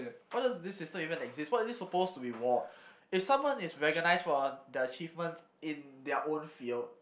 why does this system even exist what is it supposed to reward if someone is recognised for their achievements in their own field